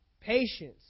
patience